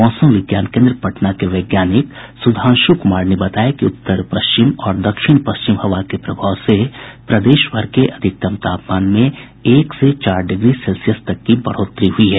मौसम विज्ञान केन्द्र पटना के वैज्ञानिक सुधांशु कुमार ने बताया कि उत्तर पश्चिम और दक्षिण पश्चिम हवा के प्रभाव से प्रदेशभर के अधिकतम तापमान में एक से चार डिग्री सेल्सियस तक की बढ़ोतरी हुई है